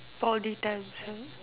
forty times so